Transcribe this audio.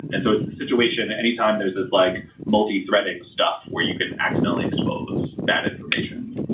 and so it's the situation. any time there's this like multithreading stuff where you can accidently expose that information.